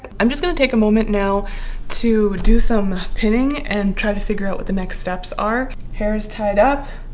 i'm just gonna take a moment now to do some pinning and try to figure out what the next steps are hair is tied up